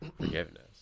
forgiveness